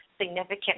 significant